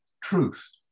truth